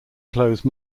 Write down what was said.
close